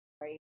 right